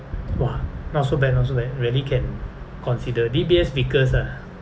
!wah! not so bad not so bad really can consider D_B_S vickers ah